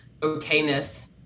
okayness